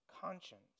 conscience